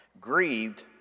Grieved